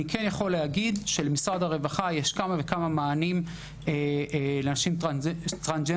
אני יכול להגיד שלמשרד הרווחה יש כמה וכמה מענים לנשים טרנסג'נדריות.